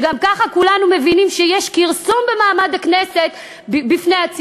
שגם ככה כולנו מבינים שיש כרסום במעמד הכנסת בציבור,